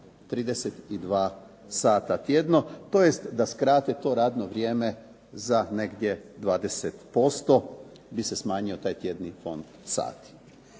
32 sata tjedno, tj. da skrate to radno vrijeme za negdje 20% bi se smanjio taj tjedni fond sati.